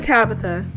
Tabitha